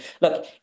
Look